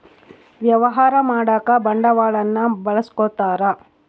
ವ್ಯವಹಾರ ಮಾಡಕ ಬಂಡವಾಳನ್ನ ಬಳಸ್ಕೊತಾರ